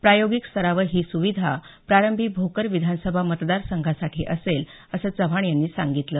प्रायोगिक स्तरावर ही सुविधा प्रारंभी भोकर विधानसभा मतदार संघासाठी असेल असं चव्हाण यांनी सांगितलं